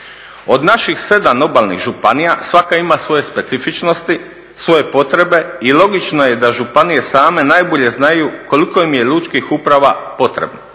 Od naših 7 obalnih županija svaka ima svoje specifičnosti, svoje potrebe i logično je da županije same najbolje znaju koliko im je lučkih uprava potrebno.